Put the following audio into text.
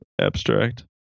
abstract